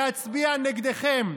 להצביע נגדכם,